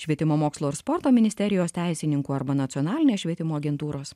švietimo mokslo ir sporto ministerijos teisininkų arba nacionalinės švietimo agentūros